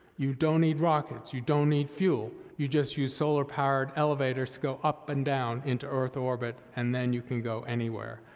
you don't need rockets. you don't need fuel. you just use solar-powered elevators to go up and down into earth orbit, and then you can go anywhere,